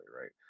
right